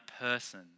person